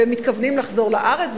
והם מתכוונים לחזור לארץ,